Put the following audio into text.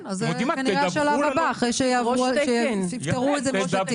זה השלב הבא אחרי שיפתרו את זה משפטית.